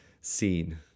scene